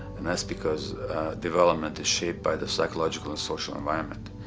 and that's because development is shaped by the psychological and social environment.